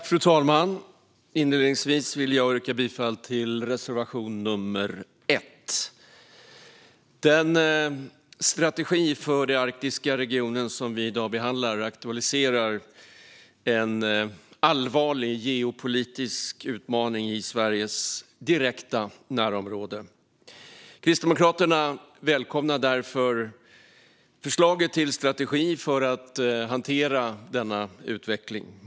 Fru talman! Inledningsvis vill jag yrka bifall till reservation nummer 1. Skrivelsen Strategi för den arktiska regionen som vi i dag behandlar aktualiserar en allvarlig geopolitisk utmaning i Sveriges direkta närområde. Kristdemokraterna välkomnar därför förslaget till strategi för att hantera denna utveckling.